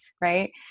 right